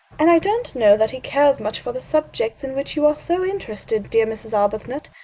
and i don't know that he cares much for the subjects in which you are so interested, dear mrs. arbuthnot.